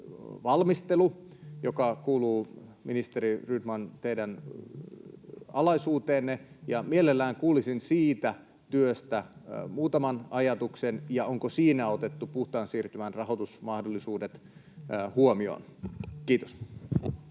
valmistelu, joka kuuluu, ministeri Rydman, teidän alaisuuteenne, ja mielelläni kuulisin siitä työstä muutaman ajatuksen ja onko siinä otettu puhtaan siirtymän rahoitusmahdollisuudet huomioon. — Kiitos.